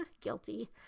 Guilty